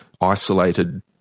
isolated